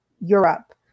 Europe